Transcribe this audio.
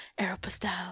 Aeropostale